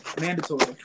mandatory